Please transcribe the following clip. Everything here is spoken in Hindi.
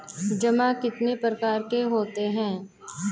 जमा कितने प्रकार के होते हैं?